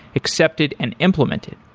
accepted and implemented.